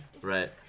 Right